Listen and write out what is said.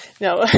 No